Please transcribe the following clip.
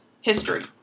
history